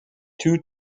two